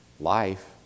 life